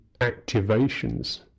activations